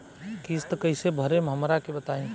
किस्त कइसे भरेम हमरा के बताई?